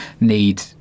need